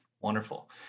Wonderful